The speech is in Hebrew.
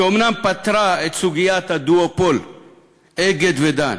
שאומנם פתרה את סוגיית הדואופול "אגד" ו"דן",